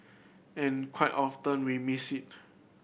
and quite often we missed it